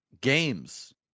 games